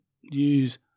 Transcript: use